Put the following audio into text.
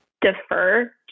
defer